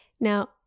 Now